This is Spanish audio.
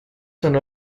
son